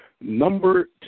Number